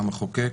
המחוקק